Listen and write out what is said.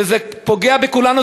זה פוגע בכולנו,